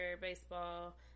baseball